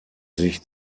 sich